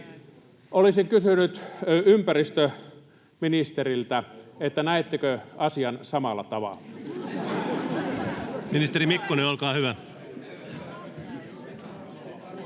Olisin kysynyt ympäristöministeriltä: näettekö asian samalla tavalla? Ministeri Mikkonen, olkaa hyvä.